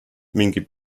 mingi